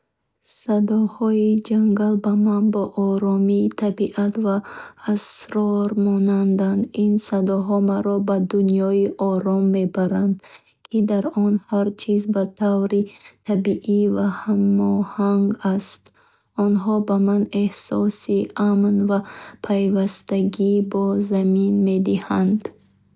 Садоҳои ҷангал ба ман бо оромӣ, табиат ва асрор монанданд. Ин садоҳо маро ба дунёи ором мебаранд, ки дар он ҳар чиз ба таври табиӣ ва ҳамоҳанг аст. Онҳо ба ман эҳсоси амн ва пайвастагӣ бо замин медиҳанд.